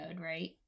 right